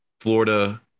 Florida